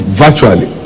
virtually